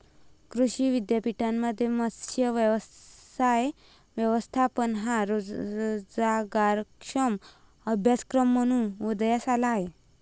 कृषी विद्यापीठांमध्ये मत्स्य व्यवसाय व्यवस्थापन हा रोजगारक्षम अभ्यासक्रम म्हणून उदयास आला आहे